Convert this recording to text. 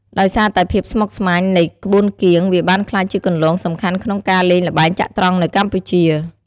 ដោយសារតែភាពស្មុគស្មាញនៃក្បួនគៀង វាបានក្លាយជាគន្លងសំខាន់ក្នុងការលេងល្បែងចត្រង្គនៅកម្ពុជា។